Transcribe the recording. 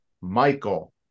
Michael